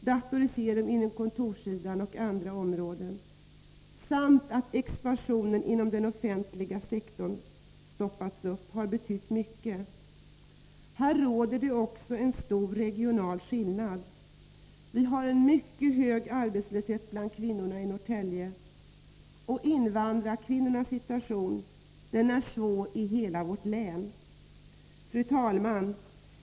Datoriseringen på handelsoch kontorssidan samt det faktum att expansionen inom den offentliga sektorn stoppats har betytt mycket. Här råder också en stor regional skillnad. Vi har en mycket hög arbetslöshet bland kvinnorna i Norrtälje, och invandrarkvinnornas situation är svår i hela vårt län. Fru talman!